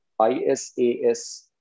ISAS